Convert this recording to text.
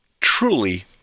truly